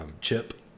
Chip